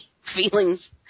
feelings